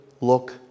look